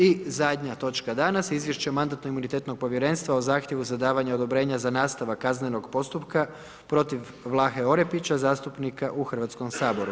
I zadnja točka danas Izvješće Mandatno-imunitetnog povjerenstva o Zahtjevu za davanje odobrenja za nastavak kaznenog postupka protiv Vlahe Orepića, zastupnika u Hrvatskom saboru.